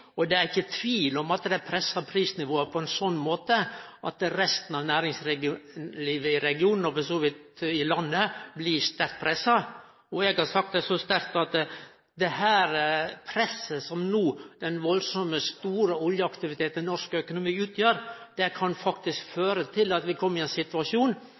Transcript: Og det er ikkje tvil om at det pressar prisnivået på ein slik måte at resten av næringslivet i regionen – og for så vidt i landet – blir sterkt pressa. Eg har sagt det så sterkt at det presset som den veldig store oljeaktiviteten i norsk økonomi no utgjer, faktisk kan føre til at vi kjem i ein situasjon